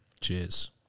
Cheers